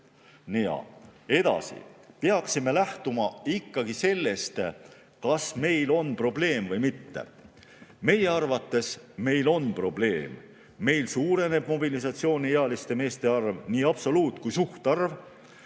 täitma. Edasi. Peaksime lähtuma ikkagi sellest, kas meil on probleem või mitte. Meie arvates meil on probleem. Meil suureneb mobilisatsiooniealiste meeste arv – nii absoluut‑ kui ka suhtarv